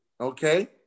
Okay